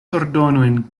ordonojn